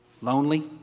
lonely